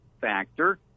factor